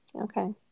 okay